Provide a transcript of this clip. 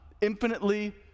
infinitely